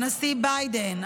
הנשיא ביידן,